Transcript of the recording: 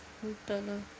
entah lah